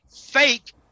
fake